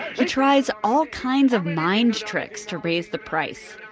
he tries all kinds of mind tricks to raise the price.